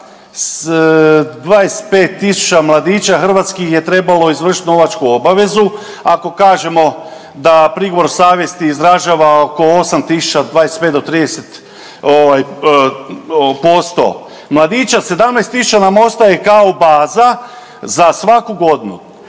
25.000 mladića hrvatskih je trebalo izvršiti novačku obavezu. Ako kažemo da prigovor savjesti izražava oko 8.000 25 do 30% mladića 17.000 nam ostaje kao baza za svaku godinu.